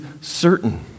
certain